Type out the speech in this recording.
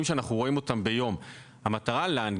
רמת בית שמש, שאנחנו פותחים שם בית מרקחת